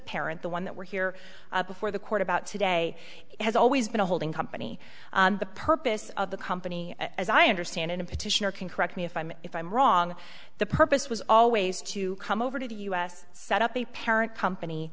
parent the one that we're here before the court about today has always been a holding company the purpose of the company as i understand in a petition or can correct me if i'm if i'm wrong the purpose was always to come over to the us set up a parent company